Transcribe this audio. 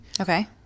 Okay